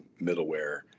middleware